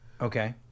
Okay